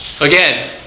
Again